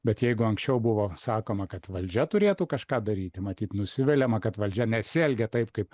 bet jeigu anksčiau buvo sakoma kad valdžia turėtų kažką daryti matyt nusiviliama kad valdžia nesielgia taip kaip